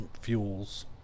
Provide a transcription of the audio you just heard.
fuels